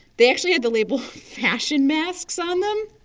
they actually had the label fashion masks on them.